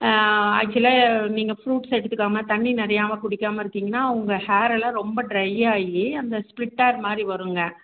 ஆக்ஷுலா நீங்கள் ஃப்ரூட்ஸ் எடுத்துக்காமல் தண்ணி நெறையா குடிக்காமல் இருக்கிங்கன்னால் உங்க ஹேரெல்லாம் ரொம்ப ட்ரையாகி அந்த ஸ்ப்ளிட் ஹேர் மாதிரி வருங்க